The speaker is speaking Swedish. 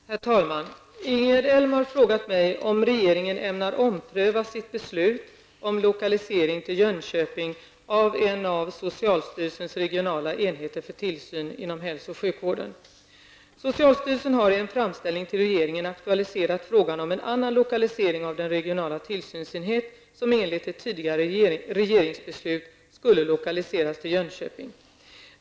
Herr talman! Ingegerd Elm har frågat mig om regeringen ämnar ompröva sitt beslut om lokalisering till Jönköping av en av socialstyrelsens regionala enheter för tillsyn inom hälso och sjukvården. Socialstyrelsen har i en framställning till regeringen aktualiserat frågan om en annan lokalisering av den regionala tillsynsenhet som enligt ett tidigare regeringsbeslut skulle lokaliseras till Jönköping.